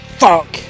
fuck